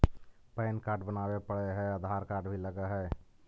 Pan card बनावे पडय है आधार कार्ड भी लगहै?